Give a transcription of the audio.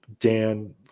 Dan